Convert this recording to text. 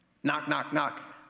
knock, knock, knock.